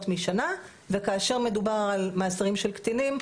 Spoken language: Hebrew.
משנה וכאשר מדובר על מאסרים של קטינים,